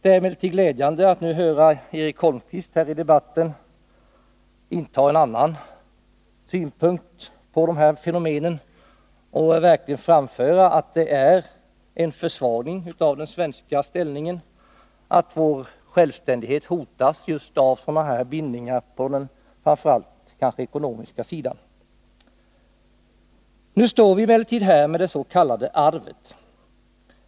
Det är emellertid glädjande att nu höra Eric Holmqvist här i debatten inta en annan ståndpunkt till dessa fenomen och verkligen framföra att det är en försvagning av den svenska ställningen att vår självständighet hotas av sådana bindningar på Nu står vi emellertid här med det s.k. ”arvet”.